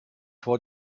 vor